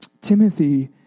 Timothy